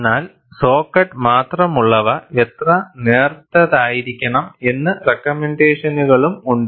എന്നാൽ saw cut മാത്രമുള്ളവ എത്ര നേർത്തതായിരിക്കണം എന്ന റെക്കമെൻറ്റേഷനുകളും ഉണ്ട്